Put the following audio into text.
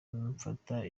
mfata